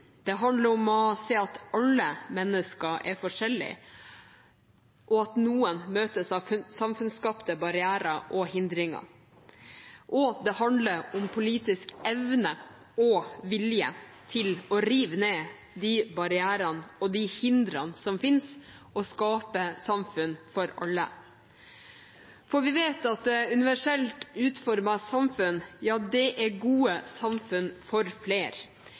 Det handler om å se at alle mennesker er forskjellige, og at noen møtes av samfunnsskapte barrierer og hindringer, og det handler om politisk evne og vilje til å rive ned de barrierene og de hindrene som finnes, og skape et samfunn for alle. Vi vet at et universelt utformet samfunn er et godt samfunn for flere,